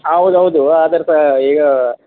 ಹೌದೌದು ಅದ್ರದು ಈಗ